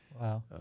Wow